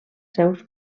seus